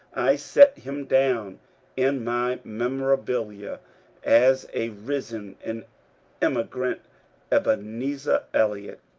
i set him down in my memorabilia as a risen and immigrant ebenezer elliot.